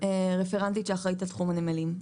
רפרנטית שאחראית על תחום הנמלים.